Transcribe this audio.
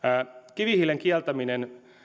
kivihiilen kieltäminen